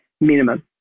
minimum